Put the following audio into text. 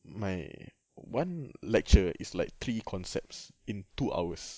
my one lecture is like three concepts in two hours